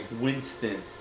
Winston